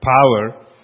power